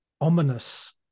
ominous